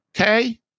okay